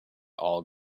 all